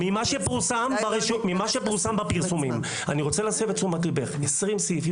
לפי מה שפורסם בפרסומים, בין 17-24 סעיפים